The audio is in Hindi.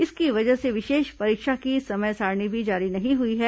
इसकी वजह से विशेष परीक्षा की समय सारिणी भी जारी नहीं हुई है